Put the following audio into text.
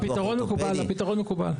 הפתרון מקובל.